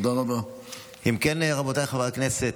אם כן, חברי הכנסת,